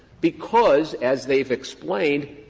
because, as they've explained,